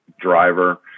driver